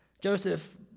Joseph